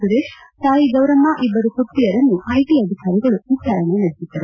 ಸುರೇಶ್ ತಾಯಿ ಗೌರಮ್ಮ ಇಬ್ಬರು ಪುತ್ರಿಯರನ್ನು ಐಟಿ ಅಧಿಕಾರಿಗಳು ವಿಚಾರಣೆ ನಡೆಸಿದ್ದರು